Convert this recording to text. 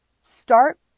start